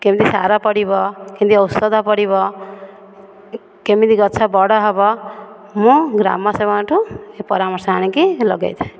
କେମିତି ସାର ପଡ଼ିବ କେମିତି ଔଷଧ ପଡ଼ିବ କେମିତି ଗଛ ବଡ଼ ହେବ ମୁଁ ଗ୍ରାମ ସେବକଠୁ ଏହି ପରାମର୍ଶ ଆଣିକି ଲଗାଇଥାଏ